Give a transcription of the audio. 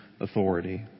authority